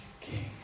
King